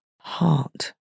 heart